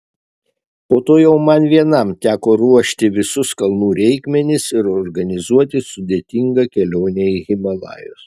po to jau man vienam teko ruošti visus kalnų reikmenis ir organizuoti sudėtingą kelionę į himalajus